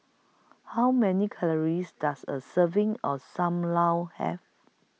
How Many Calories Does A Serving of SAM Lau Have